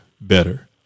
better